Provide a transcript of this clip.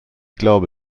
glaube